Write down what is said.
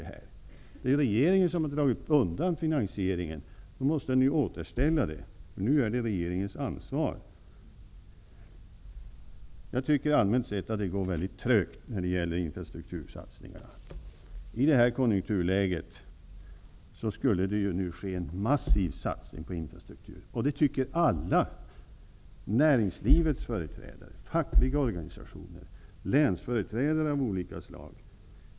Det är regeringen som har dragit undan möjligheterna till finansiering, och då måste den återställa dem -- det är regeringens ansvar. Jag tycker allmänt sett att det går trögt med infrastruktursatsningarna. I nuvarande konjunkturläge borde det ske en massiv satsning på infrastruktur. Det tycker alla -- näringslivets företrädare, fackliga organisationer och länsföreträdare av olika slag.